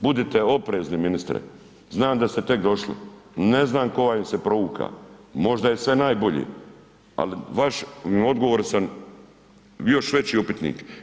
Budite oprezni ministre, znam da ste tek došli, ne znam tko vam se provukao, možda je sve najbolje ali vaš odgovor sam, još veći upitnik.